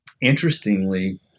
Interestingly